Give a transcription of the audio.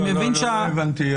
לא הבנתי.